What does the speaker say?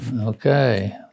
okay